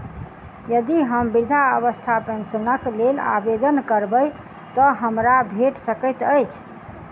यदि हम वृद्धावस्था पेंशनक लेल आवेदन करबै तऽ हमरा भेट सकैत अछि?